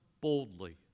boldly